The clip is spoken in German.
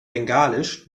bengalisch